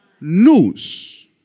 news